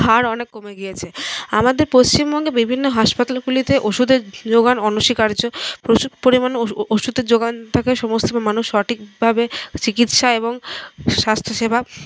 হার অনেক কমে গিয়েছে আমাদের পশ্চিমবঙ্গের বিভিন্ন হাসপাতালগুলিতে ওষুধের যোগান অনস্বীকার্য প্রচুর পরিমাণে ওষুধের যোগান থাকায় মানুষ সঠিকভাবে চিকিৎসা এবং স্বাস্থ্যসেবা